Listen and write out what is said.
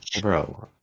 Bro